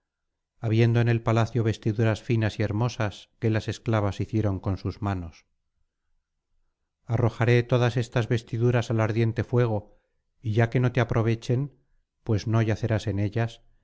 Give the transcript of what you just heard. habiendo en el palacio vestiduras finas y hermosas que las esclavas hicieron con sus manos arrojaré todas estas vestiduras al ardiente fuego y ya que no te aprovechen pues no yacerás en ellas